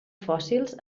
fòssils